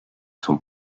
son